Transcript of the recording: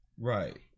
Right